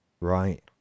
right